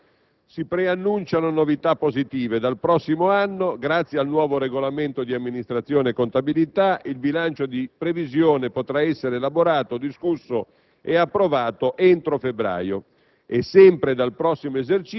In proposito, tuttavia, si preannunciano novità positive: dal prossimo anno, grazie al nuovo Regolamento di amministrazione e contabilità, il bilancio di previsione potrà essere elaborato, discusso ed approvato entro febbraio.